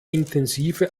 intensive